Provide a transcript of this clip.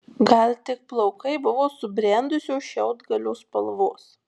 gal tik plaukai buvo subrendusio šiaudgalio spalvos